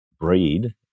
breed